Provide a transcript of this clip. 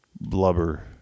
Blubber